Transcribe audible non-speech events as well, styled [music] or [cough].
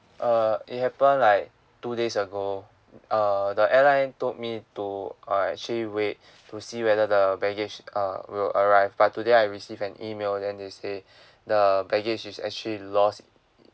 err it happened like two days ago err the airline told me to uh actually wait to see whether the baggage uh will arrive but today I received an email then they say [breath] the baggage is actually lost